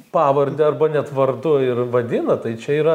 pavarde arba net vardu ir vadina tai čia yra